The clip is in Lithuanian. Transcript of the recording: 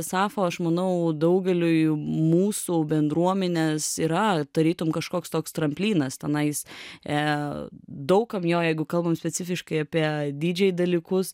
sapfo aš manau daugeliui mūsų bendruomenės yra tarytum kažkoks toks tramplynas tanais daug kam jo jeigu kalbant specifiškai apie dj dalykus